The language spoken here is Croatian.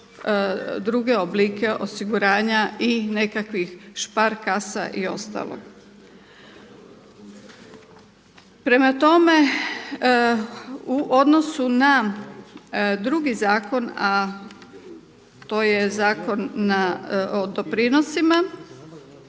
druge oblike osiguranja i nekakvih špar kasa i ostalo. Prema tome u odnosu na drugi zakon a to je Zakon na doprinosima,